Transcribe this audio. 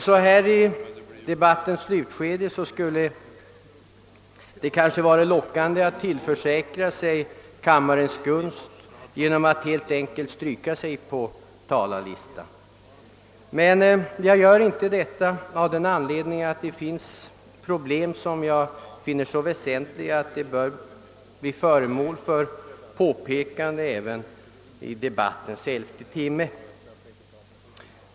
Så här i debattens slutskede skulle det kanske vara lockande att tillförsäkra sig kammarens gunst genom att helt enkelt stryka sig på talarlistan. Men jag gör inte detta, av den anledningen att det finns problem som jag anser så väsentliga att de bör bli föremål för påpekande även i debattens elfte timme.